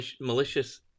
malicious